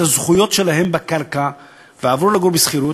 הזכויות שלהם בקרקע ועברו לגור בשכירות,